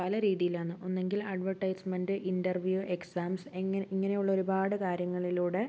പല രീതിയിലാണ് ഒന്നുകിൽ അഡ്വർട്ടൈസ്മെന്റ് ഇൻ്റർവ്യൂ എക്സാംസ് എങ്ങനെ ഇങ്ങനെയുള്ള ഒരുപാട് കാര്യങ്ങളിലൂടെ